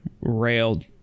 railed